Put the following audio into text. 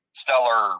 stellar